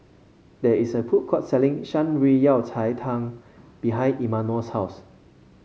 there is a food court selling Shan Rui Yao Cai Tang behind Imanol's house